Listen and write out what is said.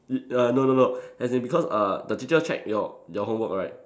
it ya no no no as in because uh the teacher check your your homework right